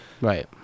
right